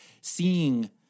seeing